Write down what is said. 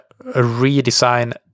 redesign